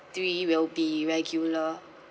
three will be regular